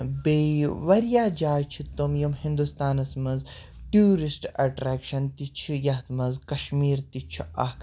بیٚیہِ واریاہ جایہِ چھِ تِم یِم ہِنٛدوستانَس منٛز ٹیوٗرِسٹہٕ اَٹریٚکشَن تہِ چھِ یَتھ منٛز کَشمیٖر تہِ چھُ اَکھ